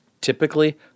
typically-